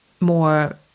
more